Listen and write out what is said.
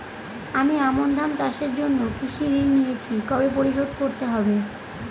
আমি আমন ধান চাষের জন্য কৃষি ঋণ নিয়েছি কবে পরিশোধ করতে হবে?